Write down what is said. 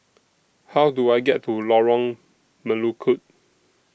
How Do I get to Lorong Melukut